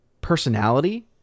personality